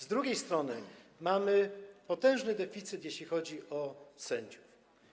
Z drugiej strony mamy potężny deficyt, jeśli chodzi o sędziów.